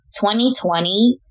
2020